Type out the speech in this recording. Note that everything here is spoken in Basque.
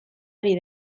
ari